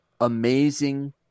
amazing